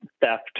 theft